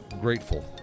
grateful